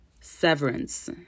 Severance